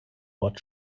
wort